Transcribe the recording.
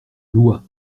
loi